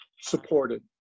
supported